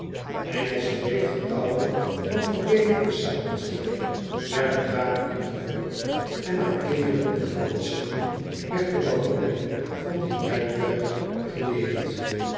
ngelsche weefgetouwen van verbeterde zamenstelling werden daar ingevoerd en aan kinderen en volwassenen werd de behandeling van dit werktuig er geleerd